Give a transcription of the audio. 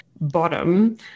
bottom